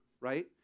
right